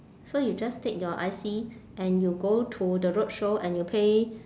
so you just take your I_C and you go to the roadshow and you pay